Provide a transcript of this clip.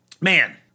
man